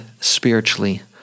spiritually